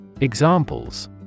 Examples